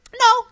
No